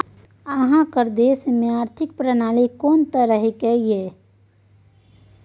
अहाँक देश मे आर्थिक प्रणाली कोन तरहक यै?